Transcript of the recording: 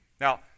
Now